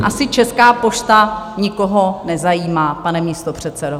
Asi Česká pošta nikoho nezajímá, pane místopředsedo.